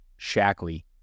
Shackley